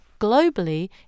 globally